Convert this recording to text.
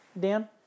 Dan